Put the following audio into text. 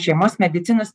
šeimos medicinos